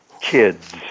kids